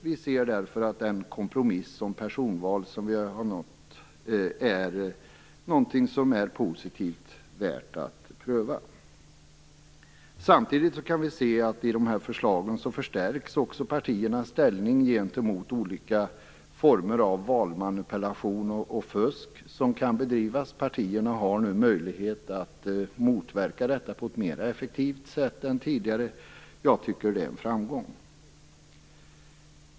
Vi ser därför att den kompromiss som personval som vi har nått är någonting positivt som är värd att pröva. I förslaget stärks samtidigt partiernas ställning gentemot olika former av valmanipulation och fusk som kan bedrivas. Partierna har nu möjlighet att motverka detta på ett mer effektivt sätt än tidigare. Jag tycker att det är en framgång.